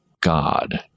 God